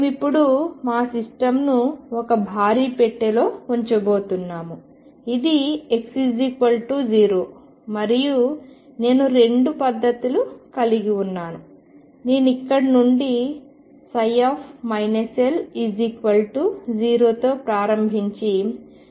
మేము ఇప్పుడు మా సిస్టమ్ను ఒక భారీ పెట్టెలో ఉంచబోతున్నాము ఇది x0 మరియు నేను రెండు పద్ధతులు కలిగి ఉన్నాను నేను ఇక్కడ నుండి L0 తో ప్రారంభించి దిగవన ψ 0 కి చేరుకున్నాను